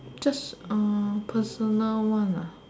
just uh personal one ah